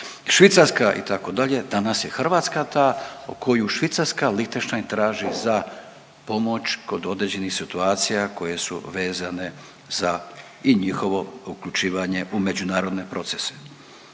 Švicarska itd. danas je Hrvatska ta koju Švicarska, Lichtenstein traži za pomoć kod određenih situacija koje su vezane za i njihovo uključivanje u međunarodne procese.